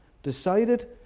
Decided